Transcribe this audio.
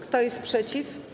Kto jest przeciw?